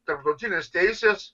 tarptautinės teisės